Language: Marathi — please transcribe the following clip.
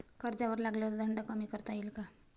कर्जावर लागलेला दंड कमी करता येईल का?